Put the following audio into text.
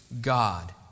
God